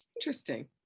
interesting